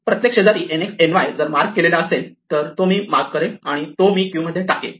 प्रत्येक शेजारी nx ny जर मार्क केलेला नसेल तर मी तो मार्क करेल आणि तो मी क्यू मध्ये टाकेल